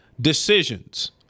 decisions